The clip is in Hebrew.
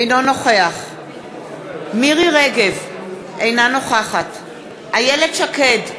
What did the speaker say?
אינו נוכח מירי רגב, אינה נוכחת איילת שקד,